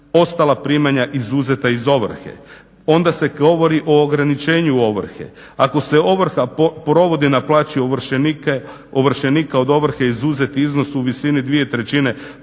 ostala primanja izuzeta iz ovrhe. Onda se govori o ograničenju ovrhe. Ako se ovrha provodi na plaći ovršenika od ovrhe izuzet iznos u visini 2/3 prosječne